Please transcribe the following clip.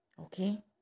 Okay